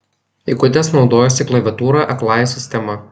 įgudęs naudojasi klaviatūra akląja sistema